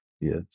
Yes